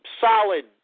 solid